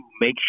make